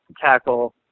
tackle